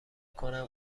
کنم